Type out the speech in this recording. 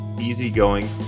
easygoing